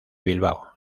bilbao